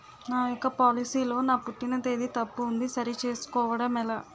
నా యెక్క పోలసీ లో నా పుట్టిన తేదీ తప్పు ఉంది సరి చేసుకోవడం ఎలా?